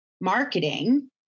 marketing